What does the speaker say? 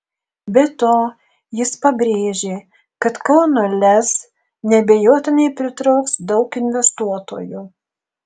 be to jis pabrėžė kad kauno lez neabejotinai pritrauks daug investuotojų